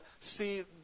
see